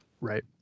right